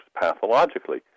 pathologically